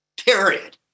period